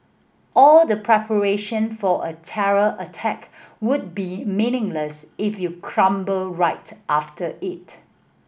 all the preparation for a terror attack would be meaningless if you crumble right after it